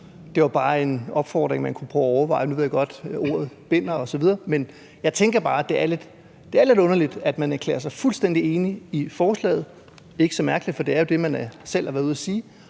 Det var bare en opfordring, man kunne prøve at overveje. Nu ved jeg godt, at ordet binder osv. Men jeg tænker bare, at det er lidt underligt, at man erklærer sig fuldstændig enig i forslaget – ikke så mærkeligt, for det er jo det, man selv har været ude at sige